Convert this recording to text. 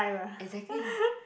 exactly